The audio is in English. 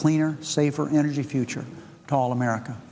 cleaner safer energy future call america